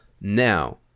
Now